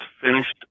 finished